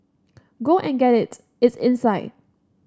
go and get it it's inside